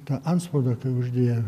tą antspaudą kai uždėjo